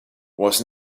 was